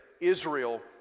Israel